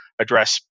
address